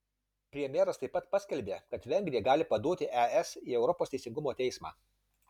premjeras taip pat paskelbė kad vengrija gali paduoti es į europos teisingumo teismą